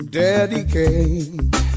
dedicate